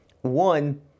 One